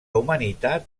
humanitat